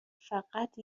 فقط